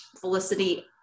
Felicity